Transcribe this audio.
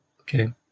Okay